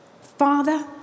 Father